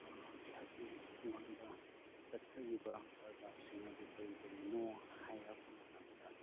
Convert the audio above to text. ꯑꯩꯍꯥꯛꯀꯤ ꯈꯨꯡꯒꯪꯗ ꯆꯠꯊꯔꯤꯕ ꯀꯔꯕꯥꯔꯁꯤꯡ ꯑꯗꯨ ꯀꯔꯤ ꯀꯔꯤꯅꯣ ꯍꯥꯏꯔꯛꯄ ꯃꯇꯝꯗ